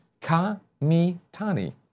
Kamitani